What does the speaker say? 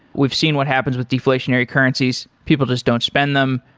we've seen what happens with deflationary currencies. people just don't spend them.